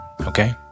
Okay